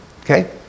Okay